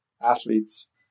athletes